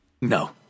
No